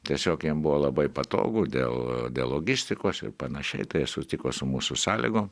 tiesiog jam buvo labai patogu dėl logistikos ir panašiai tai sutiko su mūsų sąlygom